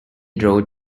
drove